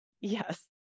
Yes